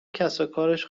کسوکارش